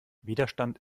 widerstand